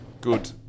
good